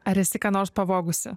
ar esi ką nors pavogusi